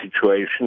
situation